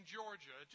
Georgia